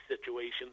situations